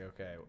okay